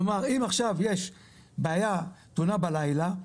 כלומר, אם עכשיו יש בעיה, תאונה בלילה,